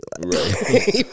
Right